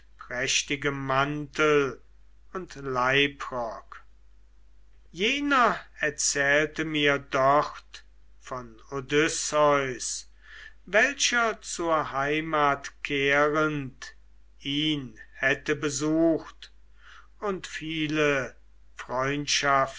prächtigem mantel und leibrock jener erzählte mir dort von odysseus welcher zur heimat kehrend ihn hätte besucht und viele freundschaft